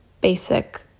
basic